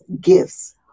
gifts